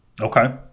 Okay